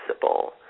possible